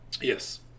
Yes